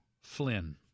Flynn